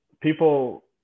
people